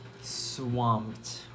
swamped